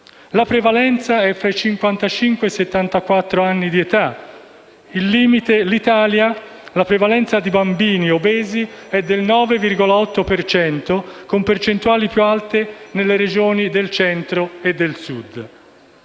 La prevalenza è tra i 55 e i 74 anni, mentre la percentuali di bambini obesi è del 9,8, con percentuali più alte nelle Regioni del Centro e del Sud.